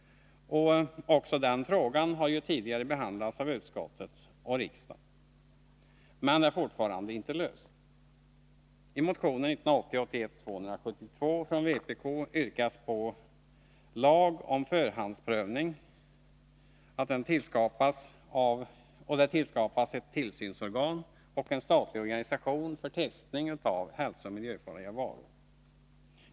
Också den frågan har tidigare behandlats i utskott och riksdag men är fortfarande inte löst. I motionen 1980/81:272 från vpk yrkas på lag om förhandsprövning, tillskapande av en tillsynsorganisation och en statlig organisation för testning av hälsooch miljöfarliga varor.